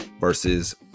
versus